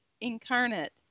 incarnate